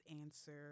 answer